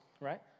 right